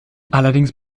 allerdings